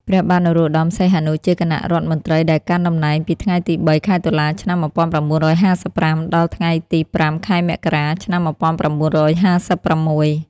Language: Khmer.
ព្រះបាទនរោត្តម សីហនុជាគណៈរដ្ឋមន្ត្រីដែលកាន់តំណែងពីថ្ងៃទី ៣ ខែតុលា ឆ្នាំ១៩៥៥ ដល់ ថ្ងៃទី៥ ខែមករា ឆ្នាំ១៩៥៦។